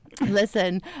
Listen